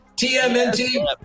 TMNT